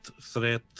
threat